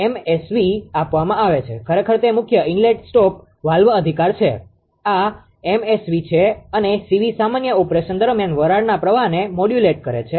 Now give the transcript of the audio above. MSV આપવામાં આવે છે ખરેખર તે મુખ્ય ઇનલેટ સ્ટોપ વાલ્વ અધિકાર છે આ એમએસવી છે અને સીવી સામાન્ય ઓપરેશન દરમિયાન વરાળના પ્રવાહને મોડ્યુલેટ કરે છે